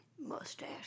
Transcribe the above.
Mustache